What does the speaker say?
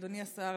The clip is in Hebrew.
אדוני השר,